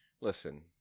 listen